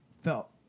felt